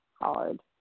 hard